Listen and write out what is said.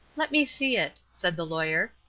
let me see it, said the lawyer.